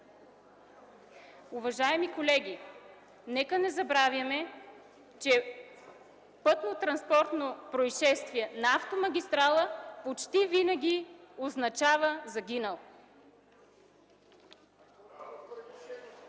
Уважаеми колеги, нека не забравяме, че пътнотранспортно произшествие на автомагистрала почти винаги означава загинал.